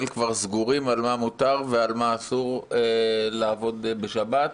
כבר סגורים במה מותר ובמה אסור לעבוד בשבת.